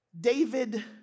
David